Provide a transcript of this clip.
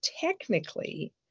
technically